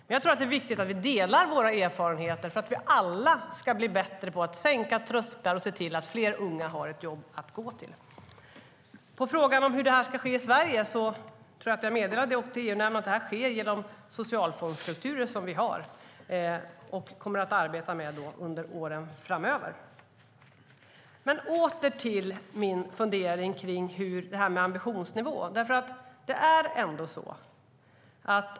Men jag tror att det är viktigt att vi delar våra erfarenheter, för att vi alla ska bli bättre på att sänka trösklar och se till att fler unga har ett jobb att gå till. På frågan om hur det här ska ske i Sverige tror jag att jag meddelade EU-nämnden att det sker genom den socialfondsstruktur som vi har och kommer att arbeta med under åren framöver. Men åter till min fundering kring detta med ambitionsnivå.